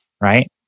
right